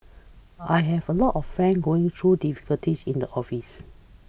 I have a lot of friends going through difficulties in the office